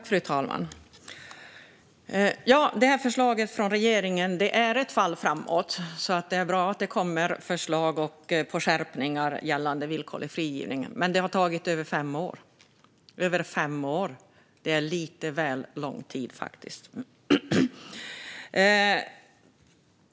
Fru talman! Förslaget från regeringen är ett fall framåt. Det är alltså bra att det kommer förslag om skärpningar gällande villkorlig frigivning. Men det har tagit över fem år. Det är lite väl lång tid, faktiskt.